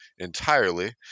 entirely